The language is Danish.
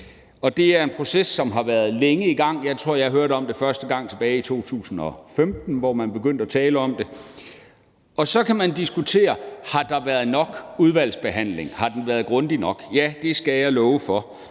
Det er en proces, som har været i gang længe – jeg tror, jeg hørte om det første gang tilbage i 2015, hvor man begyndte at tale om det. Og så kan man diskutere, om udvalgsbehandlingen har været grundig nok. Ja, det skal jeg love for.